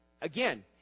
again